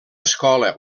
escola